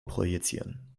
projizieren